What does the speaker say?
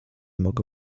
mogę